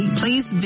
please